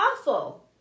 awful